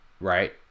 Right